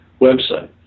website